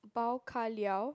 pau-kar-liao